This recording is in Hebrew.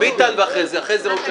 ביטן ואחרי זה ראש העיר.